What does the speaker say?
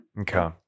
Okay